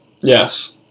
Yes